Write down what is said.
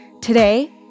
Today